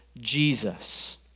Jesus